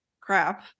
crap